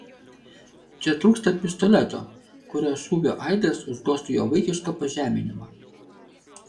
čia trūksta pistoleto kurio šūvio aidas užgožtų jo vaikišką pažeminimą